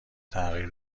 تغییر